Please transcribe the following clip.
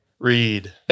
Read